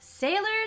Sailors